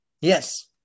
Yes